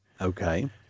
Okay